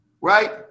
right